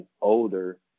older